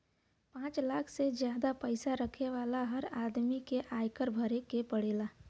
पांच लाख से जादा पईसा रखे वाला हर आदमी के आयकर भरे के पड़ेला